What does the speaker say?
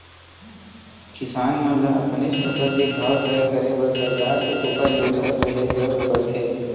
किसान मन ल अपनेच फसल के भाव तय करे बर सरकार के उपर निरभर रेहे बर परथे